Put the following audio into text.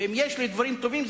ואם יש לי דברים טובים,